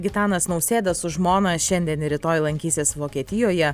gitanas nausėda su žmona šiandien ir rytoj lankysis vokietijoje